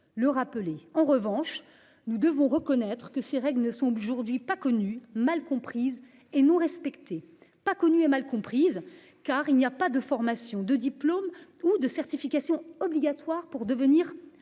le rappeler. En revanche, nous devons reconnaître que ces règles ne sont aujourd'hui pas connue, mal comprise et non respecter pas connu et mal comprise. Car il n'y a pas de formation de diplôme ou de certification obligatoire pour devenir